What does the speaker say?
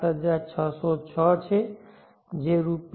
67606 છે જે રૂ